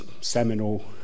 seminal